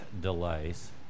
delays